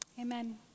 amen